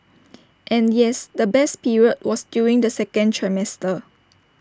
and yes the best period was during the second trimester